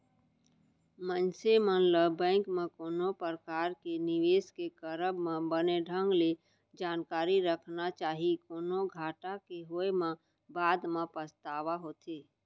मनसे मन ल बेंक म कोनो परकार के निवेस के करब म बने ढंग ले जानकारी रखना चाही, कोनो घाटा के होय म बाद म पछतावा होथे